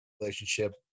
relationship